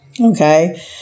Okay